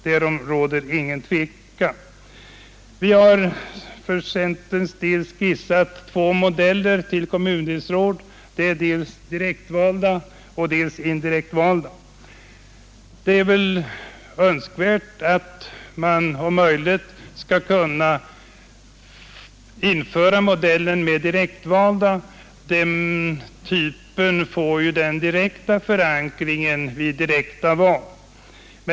Därom råder inget tvivel. Vi har för centerns del skissat två modeller i fråga om kommundelsråd, dels direkt valda, dels indirekt valda. Det är önskvärt att man om möjligt inför modellen med direkt valda. Den typen får ju sin förankring i direkta val.